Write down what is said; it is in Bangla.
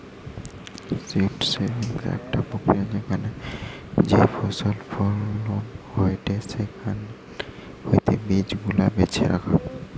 সীড সেভিং একটা প্রক্রিয়া যেখানে যেই ফসল ফলন হয়েটে সেখান হইতে বীজ গুলা বেছে রাখা